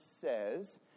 says